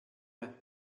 rajada